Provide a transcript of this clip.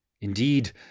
Indeed